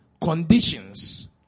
conditions